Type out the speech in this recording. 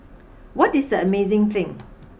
what is the amazing thing